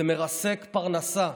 זה מרסק פרנסה,